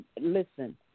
listen